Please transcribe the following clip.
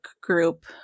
group